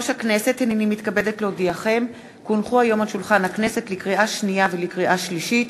הכנסת, לקריאה שנייה ולקריאה שלישית: